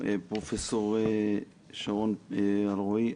ד"ר שרון אלרעי.